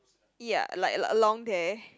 ya like like along there